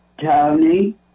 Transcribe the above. Tony